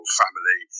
family